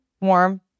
Warm